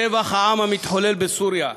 טבח העם המתחולל בסוריה,